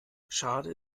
schade